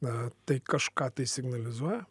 na tai kažką tai signalizuoja